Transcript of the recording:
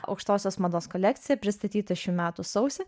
aukštosios mados kolekcija pristatyta šių metų sausį